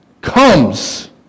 comes